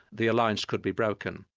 the alliance could be broken.